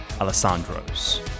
Alessandro's